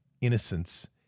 innocence